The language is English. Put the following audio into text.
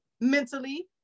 mentally